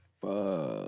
Fuck